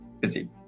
Busy